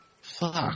fuck